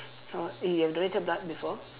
orh you have donated blood before